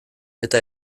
eta